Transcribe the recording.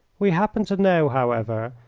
we happen to know, however,